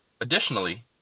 Additionally